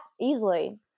easily